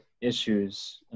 issues